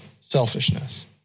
selfishness